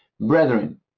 brethren